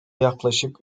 yaklaşık